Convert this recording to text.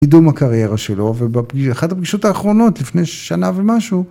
קידום הקריירה שלו, ואחת הפגישות האחרונות, לפני שנה ומשהו.